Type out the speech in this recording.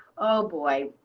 oh, boy.